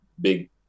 big